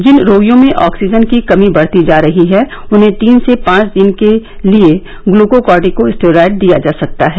जिन रोगियों में ऑक्सीजन की कमी बढ़ती जा रही है उन्हें तीन से पांच दिन के लिए ग्लुकोकार्टिकोस्टेरॉइड दिया जा सकता है